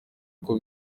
uko